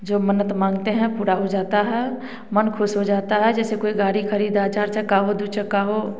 जो मन्नत माँगते हैं पूरा हो जाता है मन खुश हो जाता है जैसे कोई गाड़ी ख़रीदा चार चक्का हो दूई चक्का हो